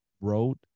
wrote